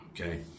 okay